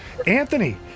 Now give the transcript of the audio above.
Anthony